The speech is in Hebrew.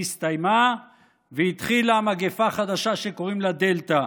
נסתיימה והתחילה מגפה חדשה שקוראים לה דלתא.